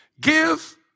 Give